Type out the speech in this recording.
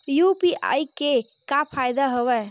UPI के का फ़ायदा हवय?